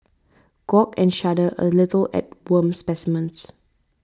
gawk and shudder a little at worm specimens